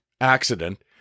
accident